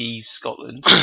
Scotland